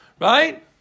Right